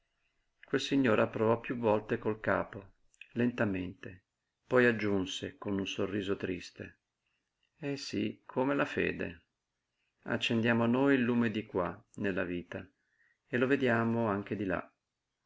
quel signore approvò piú volte col capo lentamente poi aggiunse con un sorriso triste eh sí come la fede accendiamo noi il lume di qua nella vita e lo vediamo anche di là